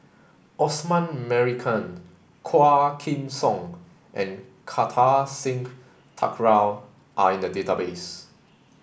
Osman Merican Quah Kim Song and Kartar Singh Thakral are in the database